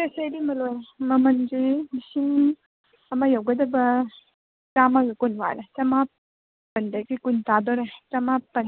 ꯁꯦ ꯁꯦ ꯏꯕꯦꯝꯃꯥ ꯂꯣꯏꯔꯦ ꯃꯃꯟꯁꯦ ꯂꯤꯁꯤꯡ ꯑꯃ ꯌꯧꯒꯗꯧꯕ ꯆꯥꯝꯃꯒ ꯀꯨꯟ ꯋꯥꯠꯂꯦ ꯆꯥꯃꯥꯄꯟꯗꯒꯤ ꯀꯨꯟ ꯇꯥꯗꯣꯔꯦ ꯆꯥꯃꯥꯄꯟ